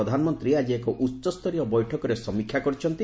ପ୍ରଧାନମନ୍ତ୍ରୀ ଆଜି ଏକ ଉଚ୍ଚସ୍ତରୀୟ ବୈଠକରେ ସମୀକ୍ଷା କରିଛନ୍ତି